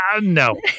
no